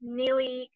nearly